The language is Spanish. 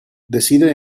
decide